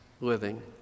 living